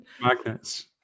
Magnets